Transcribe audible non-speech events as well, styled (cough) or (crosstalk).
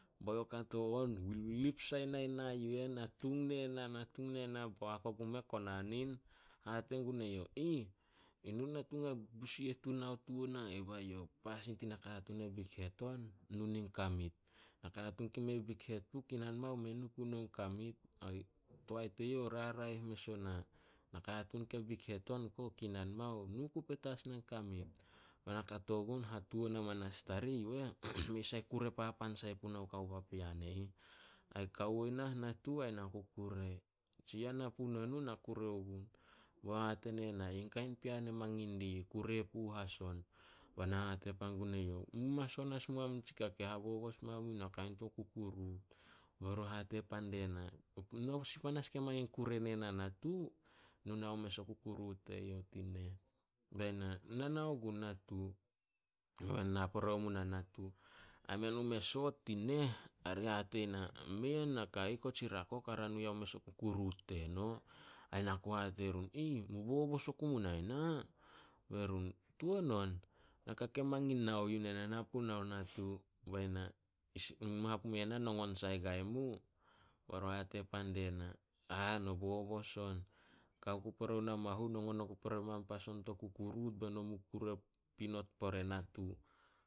Bae youh kato on wilwilip sai nai na yu eh, natung ne na- natung ne na, boak ogumeh konanin hate gue youh, (unintelligible) "Eno natung habusieh tun nao tuo na eh." Ba youh, "Pasin tin nakatuun e bikhet on nu nin kamit. Nakatuun kei mei a bikhet puh, kinan mao mei nu punouh in kamit. (unintelligible) Toae teyouh raraeh mes ona. Nakatuun ke bikhet on ko kinan mao, nu ku petas nai kamit." (noise) Ba na kato gun hatuan amanas tarih yu eh, (noise) mei sai kure papan sai puna kao papean e ih. Ai kawo nah natu ai na ku kure. Tsi yah na puno nouh, na kure ogun. Be youh hate ne na, "Yi kain pean mangin dih yu ih, kurepu as on." Ba na hate pan gun eyouh, "Mu mas hon as mu am tsika ke habobos mamu na, kain to kukuruut." Ba run hate pan die na, (unintelligible) "Sih panas ke mangin kure ne na natu, nu nao mes o kukuruut teyouh tin neh." Be na, "Ne nao gun natu." (unintelligible) Na pore omu nah natu. Ai men mume soot tin neh, ari hate na, "Mei a naka ih, tsi rako ka ra nu yao mes o kukuruut teno." Ai na ku hate run, (unintelligible) "Mu bobos oku munai na." Be run, "Tuan on, naka ke mangin nao yu nen ana punao natu." Ba na, (unintelligible) "Mu hate mue na nongon sai guai mu." Bai run hate pan die na, (unintelligible) "No bobos on. Kao ku pore na mahu, nongon oku pore ma pa son to kukuruut be no mu kure pinot pore natu."